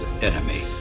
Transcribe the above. enemy